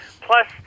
Plus